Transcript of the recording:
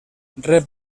rep